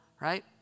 Right